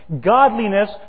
godliness